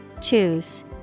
Choose